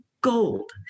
gold